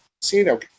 casino